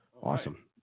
Awesome